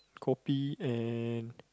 kopi and